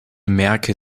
merke